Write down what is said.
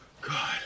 god